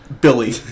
Billy